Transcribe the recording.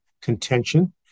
contention